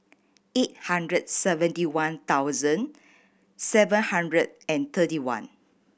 eight hundred seventy one thousand seven hundred and thirty one